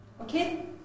Okay